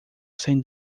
cem